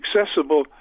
accessible